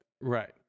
Right